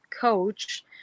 coach